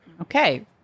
Okay